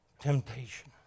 temptation